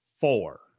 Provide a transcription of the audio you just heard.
four